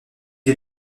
est